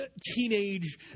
teenage